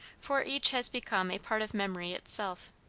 for each has become a part of memory itself.